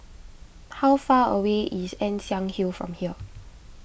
how far away is Ann Siang Hill from here